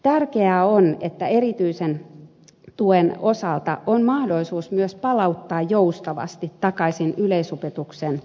tärkeää on että erityisen tuen osalta on mahdollisuus myös palauttaa lapsi joustavasti takaisin yleisopetuksen piiriin